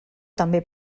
també